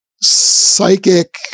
psychic